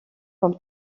comme